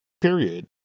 period